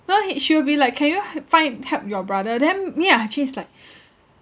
!huh! he she will be like can you h~ find help your brother then me and arty is like